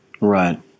Right